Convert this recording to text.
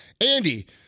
Andy